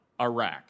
Iraq